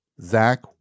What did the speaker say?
Zach